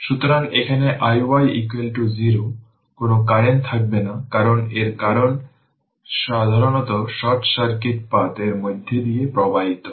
সুতরাং এখানে iy 0 কোন কারেন্ট থাকবে না কারণ এর কারেন্ট সাধারণত শর্ট সার্কিট পাথ এর মধ্য দিয়ে প্রবাহিত হয়